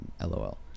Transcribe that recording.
LOL